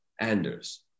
Anders